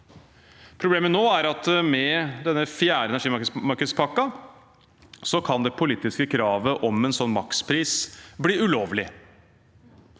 Problemet nå er at med denne fjerde energimarkedspakken kan det politiske kravet om en sånn makspris bli ulovlig.